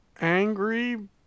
Angry